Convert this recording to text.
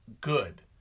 good